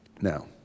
Now